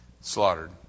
slaughtered